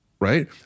right